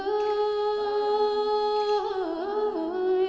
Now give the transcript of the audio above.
oh,